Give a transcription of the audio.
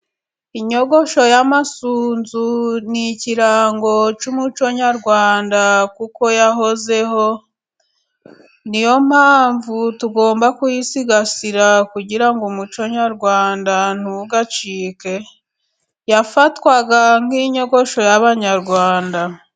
Inyogosho y'amasunzu ni ikirango cy'umuco nyarwanda kuko yahozeho, niyo mpamvu tugomba kuyisigasira kugira ngo umuco nyarwanda ntugacike. Yafatwaga nk'inyogosho y'abanyarwanda.